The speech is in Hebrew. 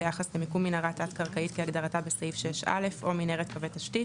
ביחס למיקום מנהרה תת קרקעית כהגדרתה בסעיף 6(א) או מנהרת קווי תשתית,